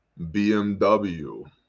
BMW